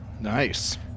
Nice